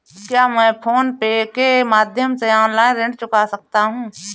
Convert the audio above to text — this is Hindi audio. क्या मैं फोन पे के माध्यम से ऑनलाइन ऋण चुका सकता हूँ?